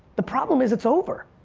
the problem is, it's over.